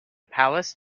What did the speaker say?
palace